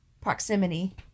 proximity